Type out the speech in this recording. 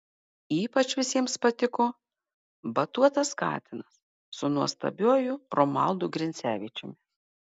ypač visiems patiko batuotas katinas su nuostabiuoju romualdu grincevičiumi